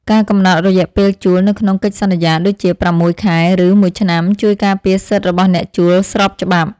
ការកំណត់រយៈពេលជួលនៅក្នុងកិច្ចសន្យាដូចជាប្រាំមួយខែ ឬមួយឆ្នាំជួយការពារសិទ្ធិរបស់អ្នកជួលស្របច្បាប់។